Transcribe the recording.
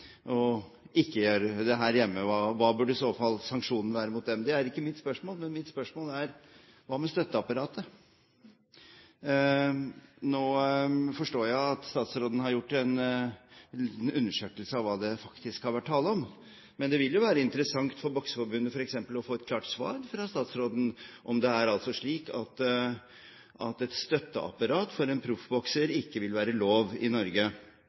og ikke gjøre det her hjemme, og hva burde i så fall sanksjonen være mot dem. Det er ikke mitt spørsmål, men mitt spørsmål er: Hva med støtteapparatet? Nå forstår jeg at statsråden har gjort en undersøkelse av hva det faktisk har vært tale om. Men det vil jo være interessant for f.eks. Bokseforbundet å få et klart svar fra statsråden på om det er slik at et støtteapparat for en proffbokser ikke vil være lov i Norge,